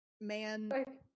man